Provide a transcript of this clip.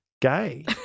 gay